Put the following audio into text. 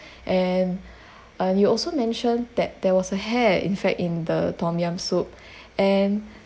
and uh you also mentioned that there was a hair in fact in the tom yam soup and